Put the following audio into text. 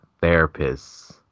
therapist's